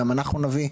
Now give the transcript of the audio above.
גם אנחנו נביא.